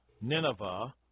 Nineveh